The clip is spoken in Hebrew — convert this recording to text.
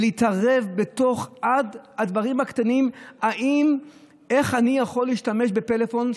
ולהתערב עד הדברים הקטנים: איך אני יכול להשתמש בפלאפון,